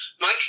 Mike